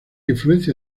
influencia